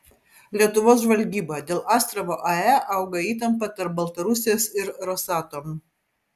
lietuvos žvalgyba dėl astravo ae auga įtampa tarp baltarusijos ir rosatom